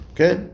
Okay